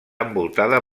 envoltada